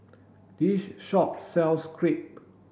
this shop sells Crepe